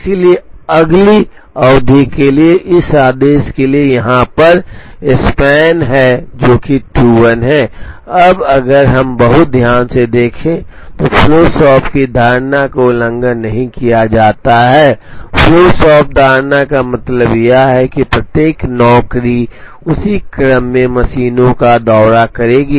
इसलिए अगली अवधि के लिए इस आदेश के लिए यहां पर स्पैन है जो कि 21 है अब अगर हम बहुत ध्यान से देखें तो फ्लो शॉप की धारणा का उल्लंघन नहीं किया जाता है फ्लो शॉप धारणा का मतलब है कि प्रत्येक नौकरी उसी क्रम में मशीनों का दौरा करेगी